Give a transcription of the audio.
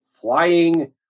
flying